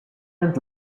and